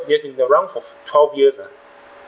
have been around for twelve years uh